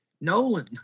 Nolan